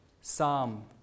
Psalm